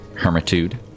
hermitude